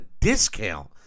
discount